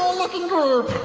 looking group!